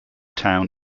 town